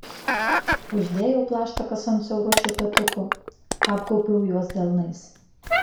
uždėjau plaštakas ant siauručių petukų apgaubiau juos delnais